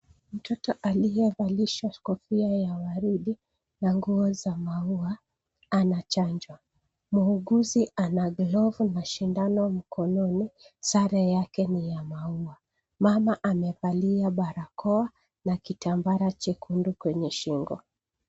Mtoto aliyevalishwa kofia ya waridi na nguo za maua anachanjwa. Muuguzi ana glovu na sindano mkononi, sare yake ni ya maua. Mama amevalia barakoa na kitambara chekundu kwenye shingo.